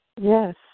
Yes